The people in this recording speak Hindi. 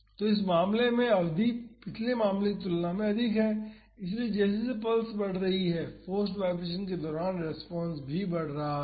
तो इस मामले में अवधि पिछले मामले की तुलना में अधिक है इसलिए जैसे जैसे पल्स की अवधि बढ़ रही है फोर्स्ड वाईब्रेशन के दौरान रेस्पॉन्स भी बढ़ रहा है